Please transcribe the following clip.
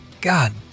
God